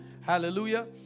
Hallelujah